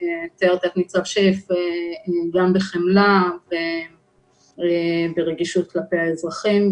שתיארתם גם בחמלה וברגישות כלפי האזרחים.